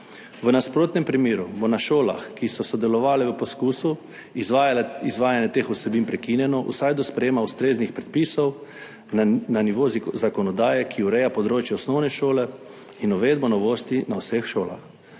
V nasprotnem primeru bo na šolah, ki so sodelovale v poskusu, izvajanje teh vsebin prekinjeno vsaj do sprejetja ustreznih predpisov na nivoju zakonodaje, ki ureja področje osnovne šole, in uvedba novosti na vseh šolah.